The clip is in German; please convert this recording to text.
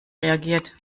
reagiert